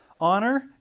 Honor